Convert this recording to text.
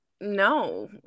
no